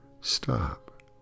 stop